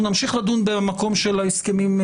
אנחנו נמשיך לדון במקום של ההסכמים,